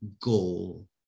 goal